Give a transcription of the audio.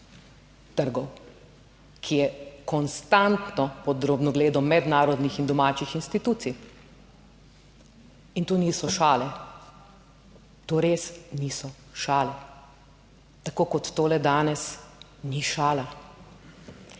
trgov, ki je konstantno pod drobnogledom mednarodnih in domačih institucij in to niso šale. To res niso šale. Tako kot tole danes ni šala.